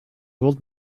old